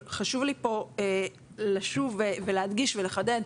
אבל חשוב לי פה לשוב ולהדגיש ולחדד: